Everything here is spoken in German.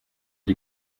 die